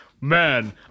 Man